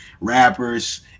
rappers